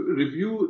review